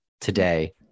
today